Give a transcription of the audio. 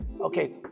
okay